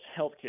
healthcare